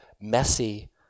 messy